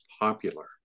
popular